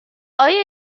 آیا